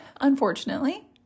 unfortunately